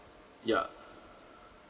yeah